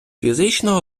фізична